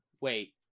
wait